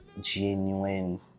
genuine